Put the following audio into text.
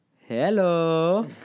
hello